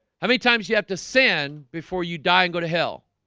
how many times you have to sin before you die and go to hell?